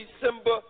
December